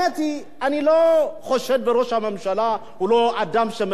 אני לא חושד בראש הממשלה שהוא אדם שלא שמבין בדמוקרטיה.